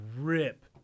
rip